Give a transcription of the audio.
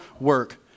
work